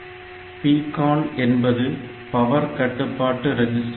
PCON என்பது power கட்டுப்பாடு register ஆகும்